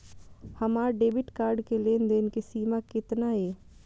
हमार debit card के लेन देन के सीमा केतना ये?